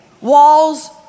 walls